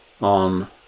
on